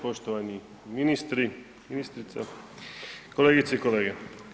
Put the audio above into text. Poštovani ministri, ministrica kolegice i kolege.